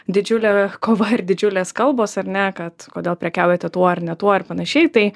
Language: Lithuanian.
didžiulė kova ir didžiulės kalbos ar ne kad kodėl prekiaujate tuo ar ne tuo ir panašiai tai